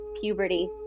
puberty